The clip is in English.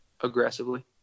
aggressively